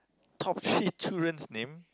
top three children's name